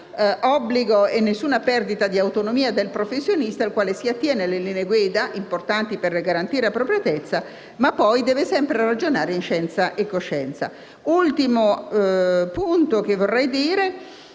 e alcuna perdita di autonomia del professionista, il quale si attiene alle linee guida, importanti per garantire appropriatezza, ma poi deve sempre ragionare in scienza e coscienza. Vorrei